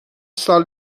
سال